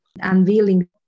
unveiling